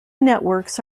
networks